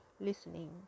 listening